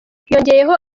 yongeyeho